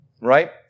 right